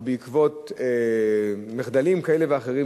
או בעקבות מחדלים כאלה ואחרים,